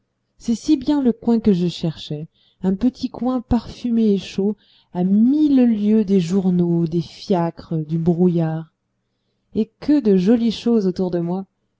c'est si bien le coin que je cherchais un petit coin parfumé et chaud à mille lieues des journaux des fiacres du brouillard et que de jolies choses autour de moi